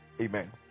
Amen